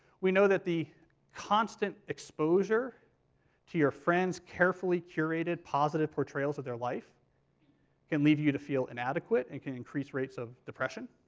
we know that the constant exposure to your friends carefully curated, positive portrayals of their life can leave you to feel inadequate, and can increase rates of depression.